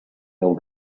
old